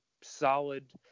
solid